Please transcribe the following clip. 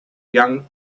young